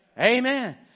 Amen